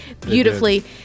beautifully